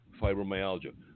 fibromyalgia